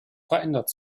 verändert